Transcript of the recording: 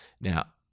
now